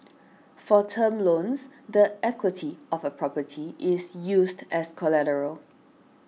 for term loans the equity of a property is used as collateral